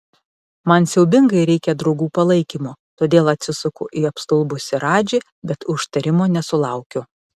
man siaubingai reikia draugų palaikymo todėl atsisuku į apstulbusį radžį bet užtarimo nesulaukiu